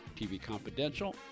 tvconfidential